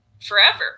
forever